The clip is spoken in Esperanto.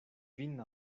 vin